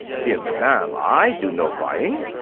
dear madam, i do no buying.